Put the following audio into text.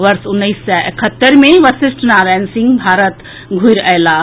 वर्ष उन्नैस सय एकहत्तरि मे वशिष्ठ नारायण सिंह भारत वापस आबि गेलाह